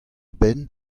benn